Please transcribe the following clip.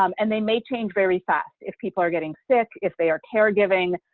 um and they may change very fast if people are getting sick, if they are care giving,